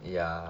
ya !wah!